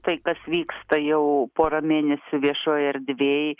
tai kas vyksta jau porą mėnesių viešoj erdvėj